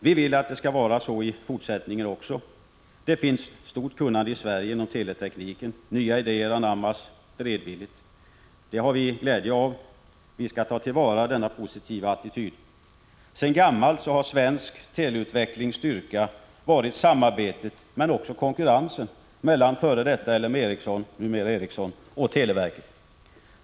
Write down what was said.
Vi vill att det skall vara så i fortsättningen också. Det finns stort kunnande i Sverige inom teletekniken. Nya idéer anammas beredvilligt. Det har vi glädje av. Vi skall ta till vara denna positiva attityd. Sedan gammalt har svensk teleutvecklings styrka varit samarbetet — men också konkurrensen — mellan f.d. L M Ericsson, numera Ericsson, och televerket.